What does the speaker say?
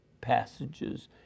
passages